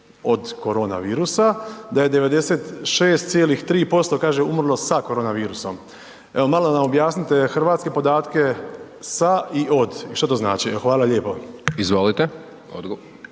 od koronavirusa da je 96,3% kaže, umrlo sa koronavirusom. Evo, malo nam objasnite hrvatske podatke „sa“ i „od“ i što to znači? Hvala lijepo. **Hajdaš